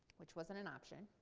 which wasn't an option,